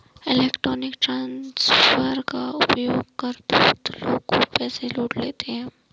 electronic transfer का उपयोग कर धूर्त लोग खूब पैसे लूट रहे हैं